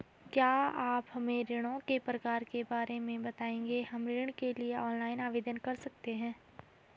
क्या आप हमें ऋणों के प्रकार के बारे में बताएँगे हम ऋण के लिए ऑनलाइन आवेदन कर सकते हैं?